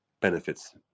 benefits